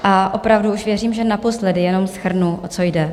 A opravdu už věřím, že naposledy, jenom shrnu, o co jde.